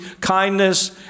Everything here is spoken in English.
kindness